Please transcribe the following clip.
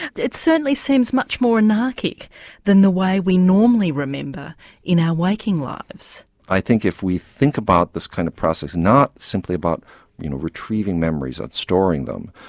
and it certainly seems much more anarchic than the way we normally remember in our waking lives. i think if we think about this kind of process not simply about you know retrieving memories and storing them,